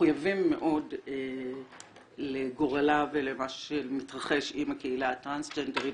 מחויבים מאוד לגורלה ולמה שמתרחש עם הקהילה הטרנסג'נדרית.